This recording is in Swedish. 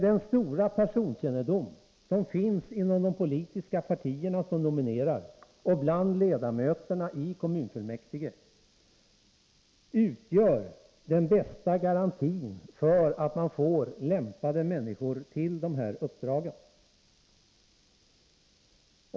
Den stora personkännedom som finns hos de politiska partier och de ledamöter i kommunfullmäktige som nominerar kandidater till överförmyndare utgör den bästa garantin för att man får lämpliga personer till dessa uppdrag.